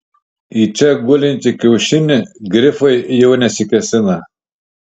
į čia gulintį kiaušinį grifai jau nesikėsina